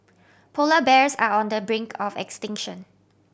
polar bears are on the brink of extinction